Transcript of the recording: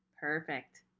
Perfect